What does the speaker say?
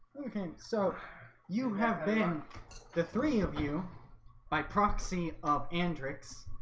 okay, so you have been the three of you by proxy of and ryx